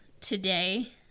today